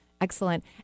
excellent